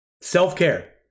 Self-care